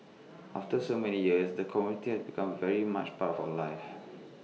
after so many years the community had become very much part for life